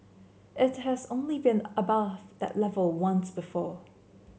it has only been above that level once before